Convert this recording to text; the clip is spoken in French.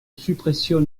suppression